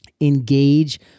engage